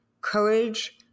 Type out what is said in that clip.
courage